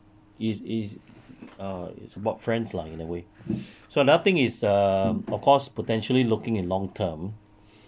is is err it's about friends lah in a way so another thing is err of course potentially looking at long term